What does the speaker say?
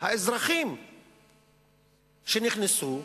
האזרחים שנכנסו,